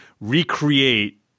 recreate